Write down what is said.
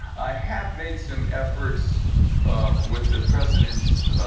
i have made some efforts ah with the president's.